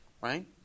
Right